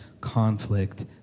conflict